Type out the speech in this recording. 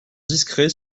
discret